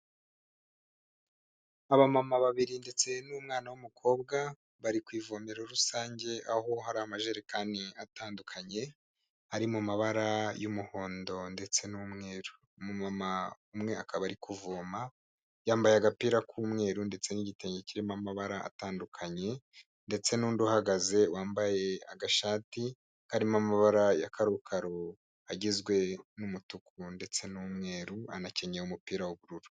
Abamama babiri ndetse n'umwana w'umukobwa, bari ku ivomero rusange aho hari amajerekani atandukanye, ari mu mabara y'umuhondo ndetse n'umweru. Umumama umwe akaba ari kuvoma, yambaye agapira k'umweru ndetse n'igitenge kirimo amabara atandukanye, ndetse n'undi uhagaze, wambaye agashati karimo amabara ya karokaro agizwe n'umutuku ndetse n'umweru, anakenyeye umupira w'ubururu.